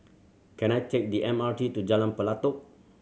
can I take the M R T to Jalan Pelatok